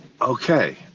okay